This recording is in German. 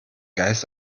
geist